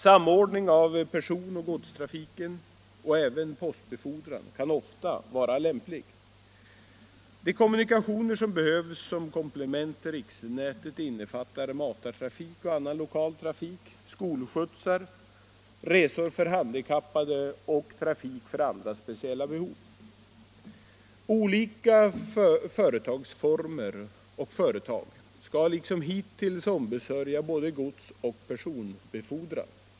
Samordning av personoch godstrafiken och även postbefordran kan ofta vara lämplig. De kommunikationer som behövs som komplement till riksnätet innefattar matartrafik och annan lokal trafik, skolskjutsar, resor för handikappade och trafik för andra speciella behov. Olika företagsformer och företag skall liksom hittills ombesörja både godsoch personbefordran.